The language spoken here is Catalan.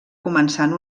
començant